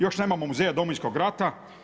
Još nemamo muzeja Domovinskog rata.